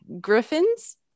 griffin's